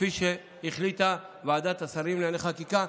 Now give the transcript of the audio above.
כפי שהחליטה ועדת השרים לענייני חקיקה.